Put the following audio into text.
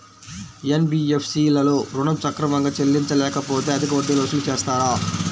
NBFC లలో ఋణం సక్రమంగా చెల్లించలేకపోతె అధిక వడ్డీలు వసూలు చేస్తారా?